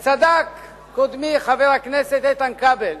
צדק קודמי, חבר הכנסת איתן כבל,